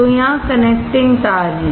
तो यहां कनेक्टिंग तार हैं